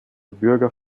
bürger